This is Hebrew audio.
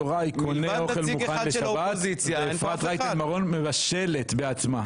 יוראי קונה אוכל מוכן לשבת ואפרת רייטן מרום מבשלת בעצמה.